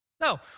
No